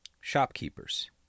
shopkeepers